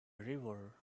river